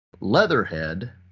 Leatherhead